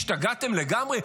השתגעתם לגמרי?